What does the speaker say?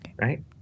right